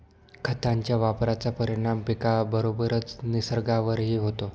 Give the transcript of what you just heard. खतांच्या वापराचा परिणाम पिकाबरोबरच निसर्गावरही होतो